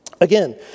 Again